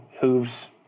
Hooves